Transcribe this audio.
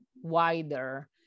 wider